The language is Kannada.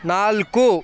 ನಾಲ್ಕು